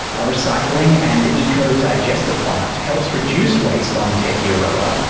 a recycling and eco-digester plant helps reduce waste on tetiaroa,